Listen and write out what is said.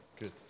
good